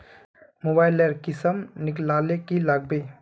Mobile लेर किसम निकलाले की लागबे?